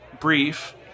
brief